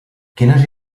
quines